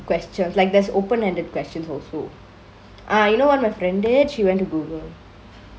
questions like there's open ended question also ah you know what my friend did she went to Google